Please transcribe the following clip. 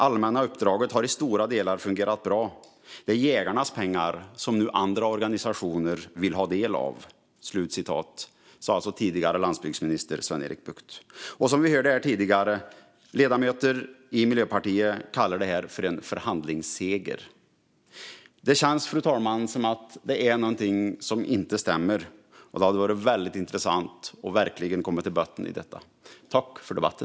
Allmänna uppdraget har i stora delar fungerat bra. Det är jägarnas pengar som nu andra organisationer vill ha del av." Detta sa alltså tidigare landsbygdsminister Sven-Erik Bucht. Som vi hörde tidigare kallar också medlemmar i Miljöpartiet detta en förhandlingsseger. Det känns, fru talman, som att det är någonting som inte stämmer. Det hade varit väldigt intressant att verkligen få gå till botten med detta.